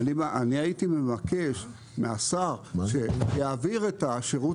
אני הייתי מבקש מהשר שיעביר את השירות